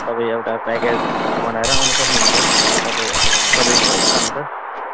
तपाईँ एउटा प्याकेज बनाएर आउनु सक्नुहुन्छ अब तपाईँ तपाईँको इच्छा अनुसार